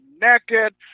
naked